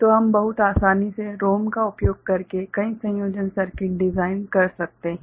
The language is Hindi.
तो हम बहुत आसानी से ROM का उपयोग करके कई संयोजन सर्किट डिजाइन कर सकते हैं